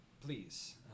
please